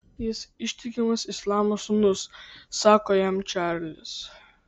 jis ištikimas islamo sūnus sako jam čarlis